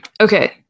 okay